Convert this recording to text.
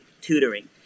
tutoring